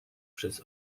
przez